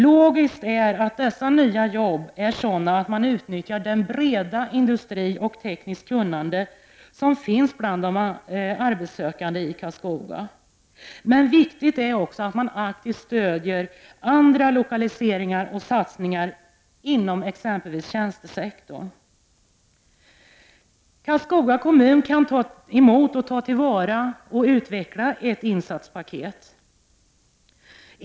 Logiskt är att dessa nya jobb blir sådana att man utnyttjar det breda industrikunnande och det tekniska kunnande som finns bland de arbetssökande i Karlskoga. Men viktigt är också att man aktivt stöder andra lokaliseringar och satsningar, exempelvis inom tjänstesektorn. Karlskoga kommun kan ta emot och ta till vara och utveckla ett insatspaket.